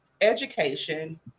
education